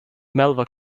melva